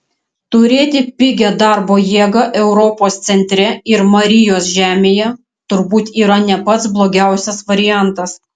turėti pigią darbo jėgą europos centre ir marijos žemėje turbūt yra ne pats blogiausias variantas